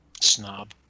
Snob